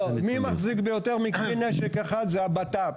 לא, מי מחזיק ביותר מכלי נשק אחד, זה הבט"פ.